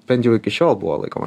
bent jau iki šiol buvo laikoma